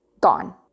gone